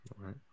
right